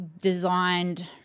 designed